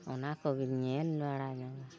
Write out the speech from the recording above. ᱚᱱᱟ ᱠᱚᱜᱮ ᱧᱮᱞ ᱵᱟᱲᱟᱧᱚᱜᱟ